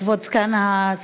כבוד סגן השר,